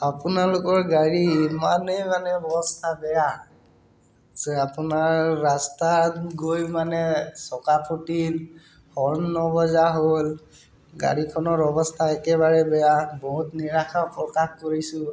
আপোনালোকৰ গাড়ী ইমানেই মানে অৱস্থা বেয়া যে আপোনাৰ ৰাস্তাত গৈ মানে চকা ফুটিল হৰ্ণ নবজা হ'ল গাড়ীখনৰ অৱস্থা একেবাৰে বেয়া বহুত নিৰাশা প্ৰকাশ কৰিছোঁ